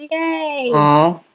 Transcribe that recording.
yeah oh,